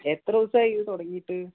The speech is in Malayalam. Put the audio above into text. എത്ര ദിവസമായി ഇത് തുടങ്ങിയിട്ട്